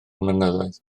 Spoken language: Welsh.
mynyddoedd